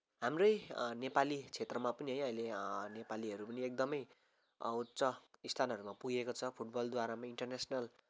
हाम्रै नेपाली क्षेत्रमा पनि है अहिले नेपालीहरू पनि एकदमै उच्च स्थानहरूमा पुगेको छ फुटबलद्वारा इन्टरनेसनल